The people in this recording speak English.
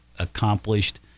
accomplished